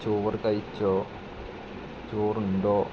ചോറ് കഴിച്ചോ ചോറുണ്ടോ